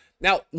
Now